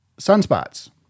sunspots